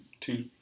two